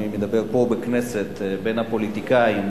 אני מדבר פה בכנסת בין הפוליטיקאים,